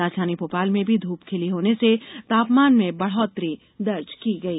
राजधानी भोपाल में भी धूप खिली होने से तापमान में बढ़ौतरी दर्ज की गई